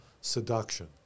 seduction